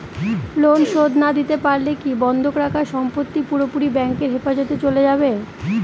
Loan শোধ না দিতে পারলে কি বন্ধক রাখা সম্পত্তি পুরোপুরি ব্যাংকের হেফাজতে চলে যাবে?